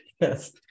Yes